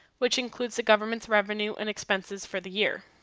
which includes the government's revenue and expenses for the year.